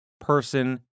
person